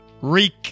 Reek